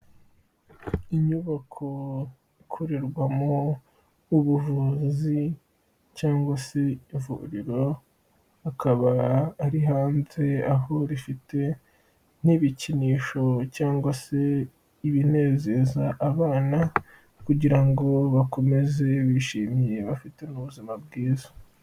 Inyubako ikorerwamo ubuvuzi cyangwa se ivuriro, akaba ari hanze aho rifite n'ibikinisho cyangwa se ibinezeza abana, kugira ngo bakomeze bishimye bafite n' ubuzima bwiza.